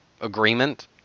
agreement